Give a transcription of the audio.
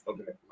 Okay